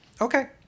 Okay